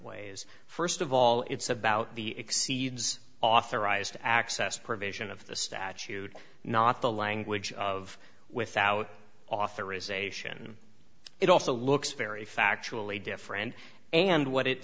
ways first of all it's about the exceeds authorized access provision of the statute not the language of without authorization it also looks very factually different and what it